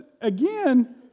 again